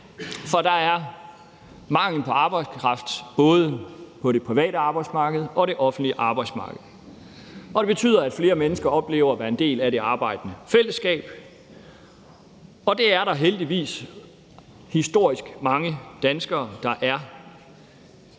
for der er mangel på arbejdskraft både på det private arbejdsmarked og på det offentlige arbejdsmarked. Kl. 10:45 Det betyder, at flere mennesker oplever at være en del af det arbejdende fællesskab, og det er der heldigvis historisk mange danskere der er.